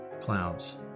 Clouds